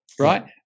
right